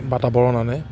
বাতাবৰণ আনে